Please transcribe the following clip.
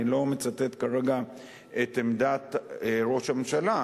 אני לא מצטט כרגע את עמדת ראש הממשלה.